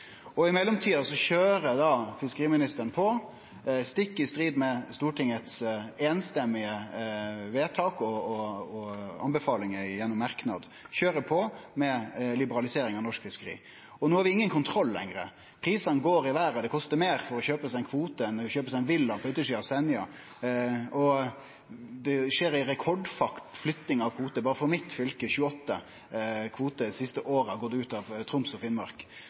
Eidesen-utvalet. I mellomtida kjører fiskeriministeren på, stikk i strid med Stortingets samrøystes vedtak og anbefalingar gjennom merknad, med liberalisering av norsk fiskeri. No har vi ingen kontroll lenger. Prisane går i vêret, og det kostar meir å kjøpe seg ein kvote enn å kjøpe seg ein villa på yttersida av Senja. Flytting av kvotar skjer i rekordfart berre i mitt fylke. 28 kvotar har det siste året gått ut av Troms og Finnmark.